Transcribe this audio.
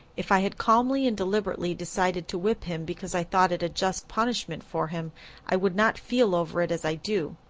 if i had calmly and deliberately decided to whip him because i thought it a just punishment for him i would not feel over it as i do.